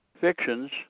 fictions